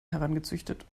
herangezüchtet